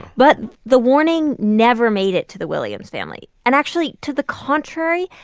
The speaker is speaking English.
but the warning never made it to the williams family. and actually, to the contrary,